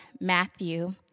Matthew